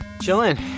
Chilling